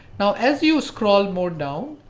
now, as you scroll more down,